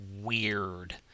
weird